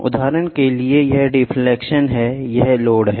उदाहरण के लिए यह डिफलेक्शन है यह लोड है